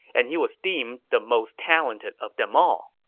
and he was deemed the most talented of them all.